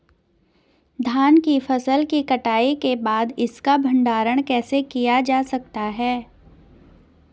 धान की फसल की कटाई के बाद इसका भंडारण कैसे किया जा सकता है?